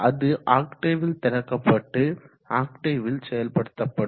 அது ஆக்டேவில் திறக்கப்பட்டு ஆக்டேவில் செயல்படுத்தப்படும்